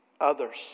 others